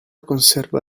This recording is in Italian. conserva